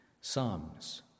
Psalms